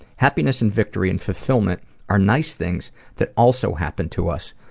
happiness and victory and fulfillment are nice things that also happen to us,